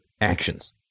actions